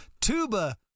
tuba